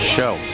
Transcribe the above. Show